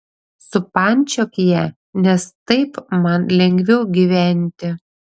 supančiok ją nes taip man lengviau gyventi